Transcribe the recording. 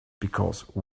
because